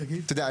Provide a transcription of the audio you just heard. אתה יודע,